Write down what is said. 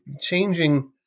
changing